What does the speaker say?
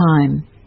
time